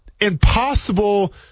impossible